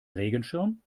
regenschirm